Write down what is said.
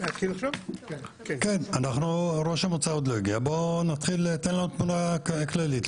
תן לנו תמונה כללית.